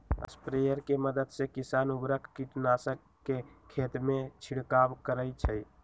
sprayer के मदद से किसान उर्वरक, कीटनाशक के खेतमें छिड़काव करई छई